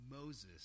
Moses